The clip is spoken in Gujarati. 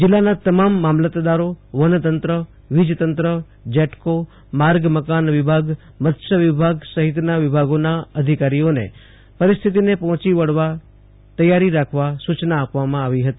જિલ્લાના તમામ મામલતદારો વનતંત્ર વીજતંત્ર જેટકો માર્ગ મકાન વિભાગ મત્સ્ય વિભાગ સહિતના વિભાગોના અધિકારીઓને સ્થિતિને પહોંચી વળવા તેયારી રાખવા સૂચના આપવામાં આવી હતી